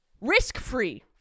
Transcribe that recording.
risk-free